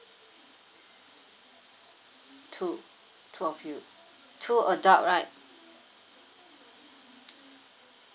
two two of you two adult right